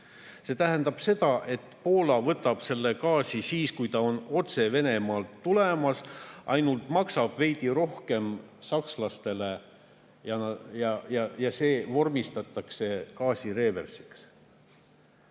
See tähendab seda, et Poola võtab selle gaasi siis, kui see on otse Venemaalt tulnud, ainult et ta maksab veidi rohkem sakslastele – see vormistataksegi gaasi reversiks.